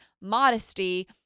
Modesty